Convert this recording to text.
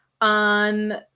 on